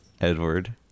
Edward